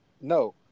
no